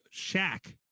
Shaq